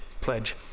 pledge